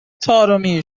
طارمی